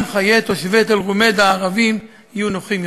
גם חיי תושבי תל-רומיידה הערבים יהיו נוחים יותר.